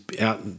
out